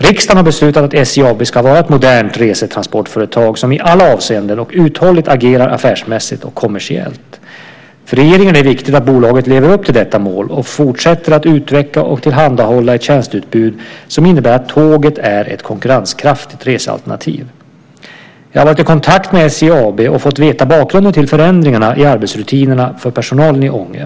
Riksdagen har beslutat att SJ AB ska vara ett modernt resetransportföretag som i alla avseenden och uthålligt agerar affärsmässigt och kommersiellt. För regeringen är det viktigt att bolaget lever upp till detta mål och fortsätter att utveckla och tillhandahålla ett tjänsteutbud som innebär att tåget är ett konkurrenskraftigt resealternativ. Jag har varit i kontakt med SJ AB och fått veta bakgrunden till förändringarna i arbetsrutinerna för personalen i Ånge.